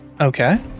Okay